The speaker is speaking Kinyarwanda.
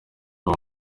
ava